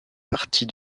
partie